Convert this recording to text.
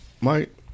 Mike